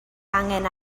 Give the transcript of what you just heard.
angen